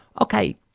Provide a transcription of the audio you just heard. Okay